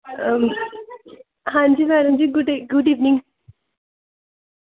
हां जी madam ji good evening